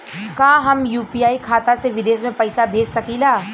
का हम यू.पी.आई खाता से विदेश में पइसा भेज सकिला?